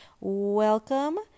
Welcome